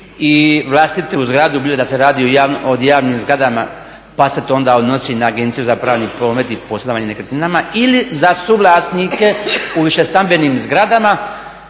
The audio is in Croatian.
i vlastitu zgradu, bilo da se radi o javnim zgradama pa se to onda odnosi na Agenciju za pravni promet i posredovanje nekretninama ili za suvlasnike u višestambenim zgradama